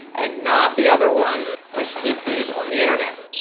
and not the other one with pcs on the internet.